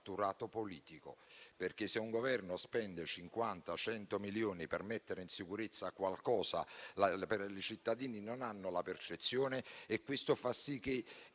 politico. Se un Governo spende 50 o 100 milioni per mettere in sicurezza qualcosa, i cittadini non ne hanno la percezione e questo fa sì che